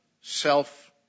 self